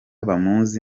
bamuzi